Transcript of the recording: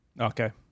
Okay